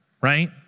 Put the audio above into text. right